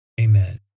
Amen